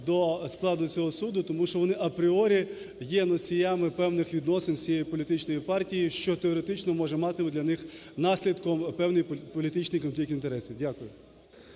до складу цього суду, тому що вони апріорі є носіями певних відносин з цією політичною партією, що теоретично може мати для них наслідком певний політичний конфлікт інтересів. Дякую.